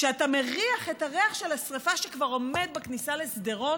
כשאתה מריח את הריח של השרפה שכבר עומד בכניסה לשדרות,